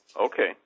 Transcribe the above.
okay